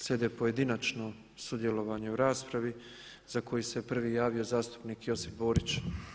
Slijede pojedinačno sudjelovanje u raspravi za koji se prvi javio zastupnik Josip Borić.